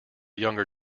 younger